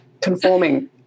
conforming